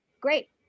great